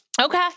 Okay